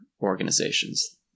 organizations